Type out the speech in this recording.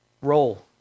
roll